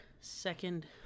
second